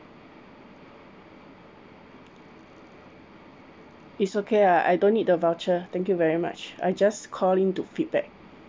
it's okay ah I don't need the voucher thank you very much I just call in to feedback